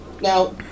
Now